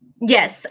Yes